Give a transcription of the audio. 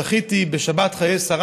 זכיתי בשבת חיי שרה,